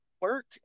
work